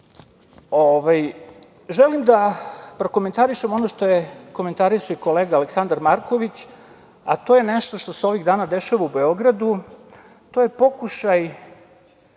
SAD.Želim da prokomentarišem ono što je komentarisao i kolega Aleksandar Marković, a to je nešto što se ovih dana dešava u Beogradu, to je pokušaj